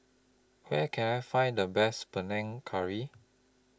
Where Can I Find The Best Panang Curry